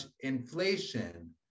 inflation